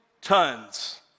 tons